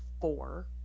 four